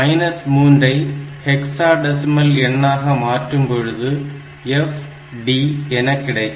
3 ஐ hexadecimal எண்ணாக மாற்றும் பொழுது FD எனக் கிடைக்கும்